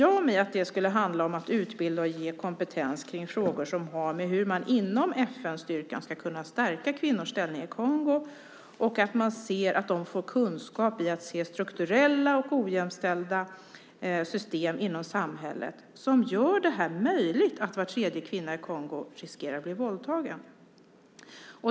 Jag tänker mig att det skulle handla om att utbilda och ge kompetens i frågor som har att göra med hur man inom FN-styrkan ska kunna stärka kvinnors ställning i Kongo och hur man ser till att de får kunskap i att se strukturella och ojämställda system inom samhället som gör det möjligt att var tredje kvinna i Kongo riskerar att bli våldtagen.